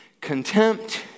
contempt